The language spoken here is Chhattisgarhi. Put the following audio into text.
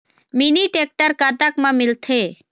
मिनी टेक्टर कतक म मिलथे?